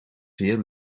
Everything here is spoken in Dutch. zeer